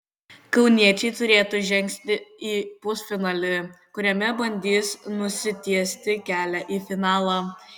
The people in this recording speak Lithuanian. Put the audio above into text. kauniečiai turėtų žengti į pusfinalį kuriame bandys nusitiesti kelią į finalą